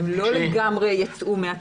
הן לא לגמרי יצאו מן התפקיד.